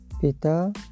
pita